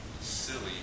silly